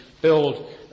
build